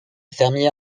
fermier